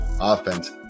offense